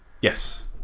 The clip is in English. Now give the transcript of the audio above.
Yes